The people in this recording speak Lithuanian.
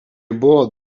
buvo